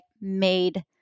made